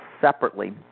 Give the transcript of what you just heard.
separately